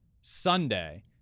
Sunday